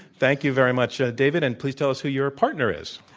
thank you very much, david. and please tell us who your partner is.